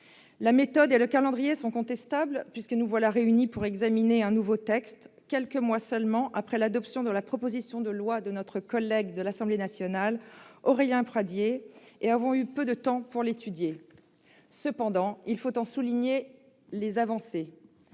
La méthode et le calendrier sont contestables, puisque nous voilà réunis pour examiner un nouveau texte quelques mois seulement après l'adoption de la proposition de loi de notre collègue de l'Assemblée nationale, Aurélien Pradié, et que nous avons eu peu de temps pour l'étudier. Cependant, il faut en souligner les avancées,